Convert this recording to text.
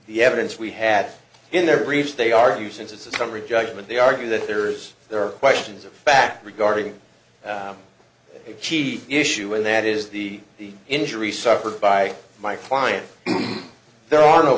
the evidence we had in their briefs they argue since it's a summary judgment they argue that there is there are questions of fact regarding a chief issue and that is the the injury suffered by my client there are no